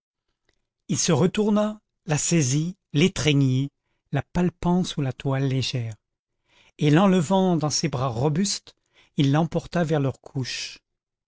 il se retourna la saisit l'étreignit la palpant sous la toile légère et l'enlevant dans ses bras robustes il l'emporta vers leur couche